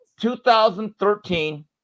2013